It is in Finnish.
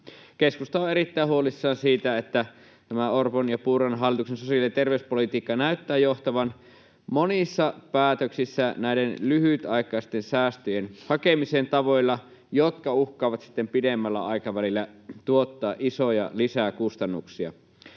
Keskusta on erittäin huolissaan siitä, että Orpon ja Purran hallituksen sosiaali- ja terveyspolitiikka näyttää johtavan monissa päätöksissä lyhytaikaisten säästöjen hakemiseen tavoilla, jotka uhkaavat sitten pidemmällä aikavälillä tuottaa isoja lisäkustannuksia.